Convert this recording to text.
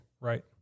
Right